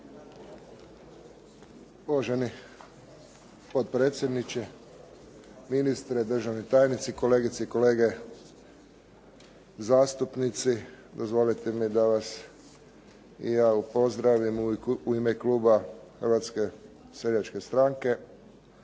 Uvaženi potpredsjedniče, ministre, državni tajnici, kolegice i kolege zastupnici. Dozvolite mi da vas i ja pozdravim u ime kluba Hrvatske seljačke stranke.